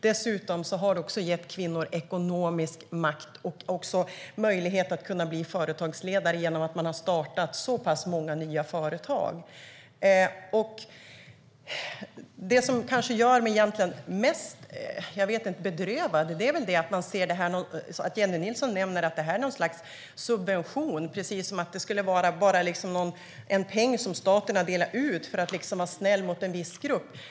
Dessutom har det gett kvinnor ekonomisk makt och möjlighet att bli företagsledare - man har startat många nya företag. Det som kanske gör mig mest bedrövad är att Jennie Nilsson nämner att det här är något slags subvention, precis som att det bara skulle vara en peng som staten har delat ut för att vara snäll mot en viss grupp.